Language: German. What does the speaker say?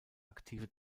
aktive